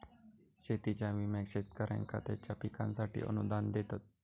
शेतीच्या विम्याक शेतकऱ्यांका त्यांच्या पिकांसाठी अनुदान देतत